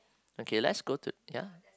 okay let's go to ya